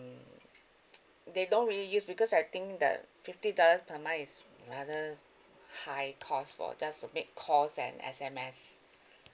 they don't really use because I think the fifty dollars per month is rather high cost for just to make calls and S_M_S